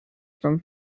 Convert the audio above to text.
from